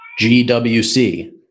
GWC